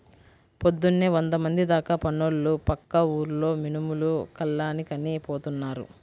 పొద్దున్నే వందమంది దాకా పనోళ్ళు పక్క ఊర్లో మినుములు కల్లానికని పోతున్నారు